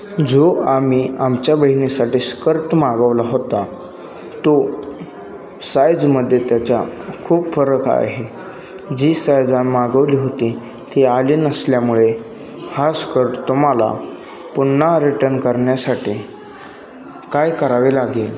जो आम्ही आमच्या बहिणीसाठी स्कर्ट मागवला होता तो साईजमध्ये त्याच्या खूप फरक आहे जी साईज आम मागवली होती ती आली नसल्यामुळे हा स्कर्ट तुम्हाला पुन्हा रिटन करण्यासाठी काय करावे लागेल